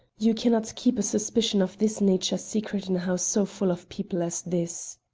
you can not keep a suspicion of this nature secret in a house so full of people as this.